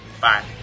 Bye